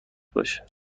باشد